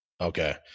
Okay